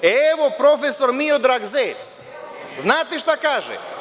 Evo profesor Miodrag Zec, znate šta kaže?